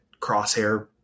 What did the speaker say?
crosshair